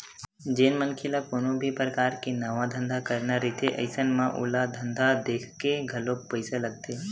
जेन मनखे ल कोनो भी परकार के नवा धंधा करना रहिथे अइसन म ओला धंधा देखके घलोक पइसा लगथे